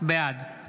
בעד